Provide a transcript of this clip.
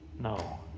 No